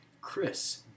chris